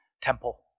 temple